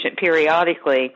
periodically